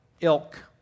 ilk